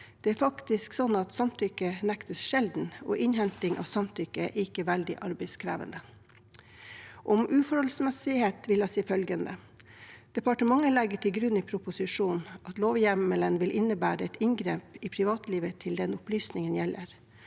Det er faktisk sånn at samtykke sjelden nektes, og innhenting av samtykke er ikke veldig arbeidskrevende. Om uforholdsmessighet vil jeg si følgende: Departementet legger i proposisjonen til grunn at lovhjemmelen vil innebære et inngrep i privatlivet til den opplysningene gjelder,